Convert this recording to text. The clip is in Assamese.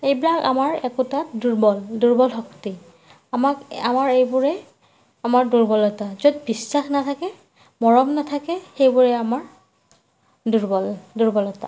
এইবিলাক আমাৰ একোটা দুৰ্বল দুৰ্বল শক্তি আমাক আমাৰ এইবোৰেই আমাৰ দুৰ্বলতা য'ত বিশ্বাস নাথাকে মৰম নাথাকে সেইবোৰে আমাৰ দুৰ্বল দুৰ্বলতা